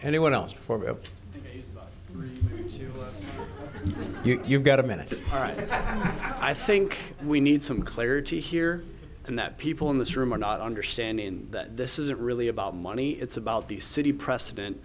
anyone else you've got a minute all right i think we need some clarity here and that people in this room are not understanding that this isn't really about money it's about the city precedent